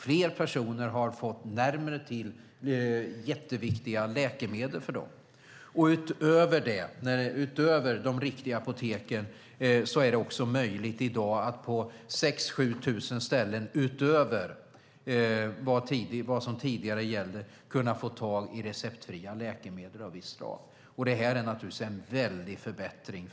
Fler personer har fått närmare till för dem jätteviktiga läkemedel. Utöver de riktiga apoteken är det i dag också möjligt att på 6 000-7 000 fler ställen än vad som tidigare gällde få tag på receptfria läkemedel av visst slag. Detta är naturligtvis en väldig förbättring.